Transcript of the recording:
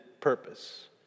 purpose